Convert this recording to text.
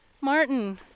Martin